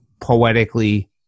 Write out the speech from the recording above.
poetically